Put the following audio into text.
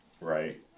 Right